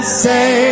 say